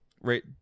right